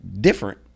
different